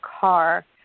car